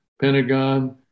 Pentagon